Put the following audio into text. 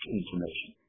information